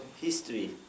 history